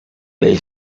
they